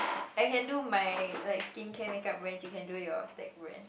I can do my like skincare makeup brands you can do your that brands